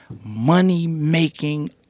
money-making